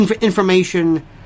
information